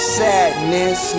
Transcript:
sadness